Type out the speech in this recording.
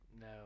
No